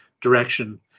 direction